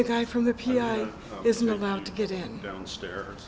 the guy from the p r is not allowed to get in downstairs